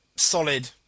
solid